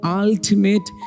ultimate